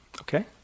Okay